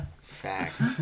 Facts